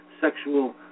sexual